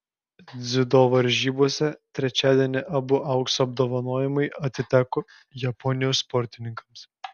dziudo varžybose trečiadienį abu aukso apdovanojimai atiteko japonijos sportininkams